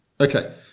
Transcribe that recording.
Okay